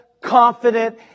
confident